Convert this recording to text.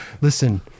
listen